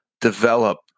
develop